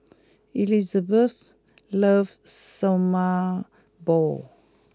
Elisabeth loves Sesame Balls